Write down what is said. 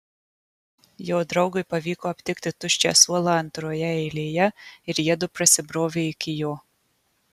jo draugui pavyko aptikti tuščią suolą antroje eilėje ir jiedu prasibrovė iki jo